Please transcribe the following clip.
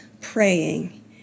praying